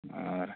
ಹಾಂ ರೀ